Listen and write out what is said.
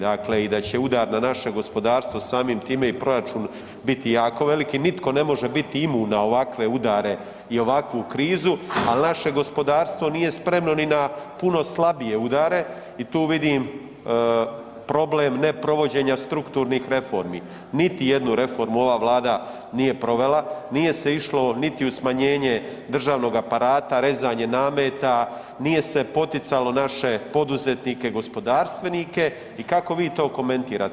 Dakle, i da će udar na naše gospodarstvo, samim time i proračun biti jako veliki, nitko ne može biti imun na ovakve udare i ovakvu krizu, al naše gospodarstvo nije spremno ni na puno slabije udare i tu vidim problem neprovođenja strukturnih reformi, niti jednu reformu ova vlada nije provela, nije se išlo niti u smanjenje državnog aparata, rezanje nameta, nije se poticalo naše poduzetnike i gospodarstvenike i kako vi to komentirate?